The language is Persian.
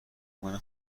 میکنه